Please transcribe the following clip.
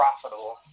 profitable